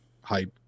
hype